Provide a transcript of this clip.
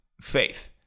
faith